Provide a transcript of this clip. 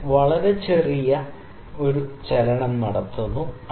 ഞാൻ വളരെ ചെറിയ ഒരു ചലനം നടത്തുന്നു